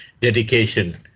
dedication